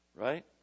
Right